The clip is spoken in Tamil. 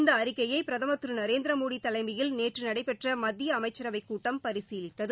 இந்த அறிக்கையை பிரதமர் திரு நரேந்திரமோடி தலைமையில் நேற்று நடைபெற்ற மத்திய அமைச்சரவைக் கூட்டம் பரிசீலித்தது